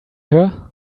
her